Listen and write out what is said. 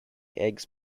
eggs